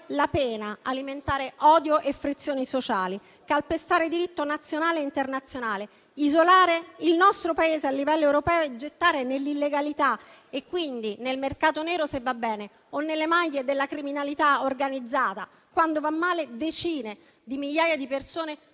la pena alimentare odio e frizioni sociali, calpestare il diritto nazionale e internazionale, isolare il nostro Paese a livello europeo e gettare nell'illegalità - quindi nel mercato nero, se va bene, o nelle maglie della criminalità organizzata, quando va male - decine di migliaia di persone,